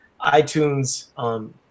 iTunes –